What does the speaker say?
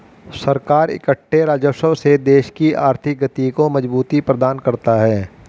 सरकार इकट्ठे राजस्व से देश की आर्थिक गति को मजबूती प्रदान करता है